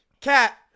cat